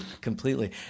completely